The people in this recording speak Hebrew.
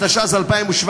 התשע"ז 2017,